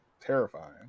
terrifying